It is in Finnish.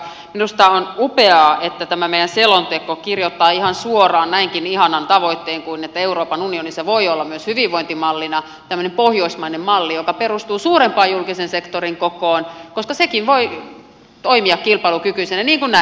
minusta on upeaa että tämä meidän selonteko kirjoittaa ihan suoraan näinkin ihanan tavoitteen kuin että euroopan unionissa voi olla myös hyvinvointimallina tämmöinen pohjoismainen malli joka perustuu suurempaan julkisen sektorin kokoon koska sekin voi toimia kilpailukykyisenä niin kuin näemme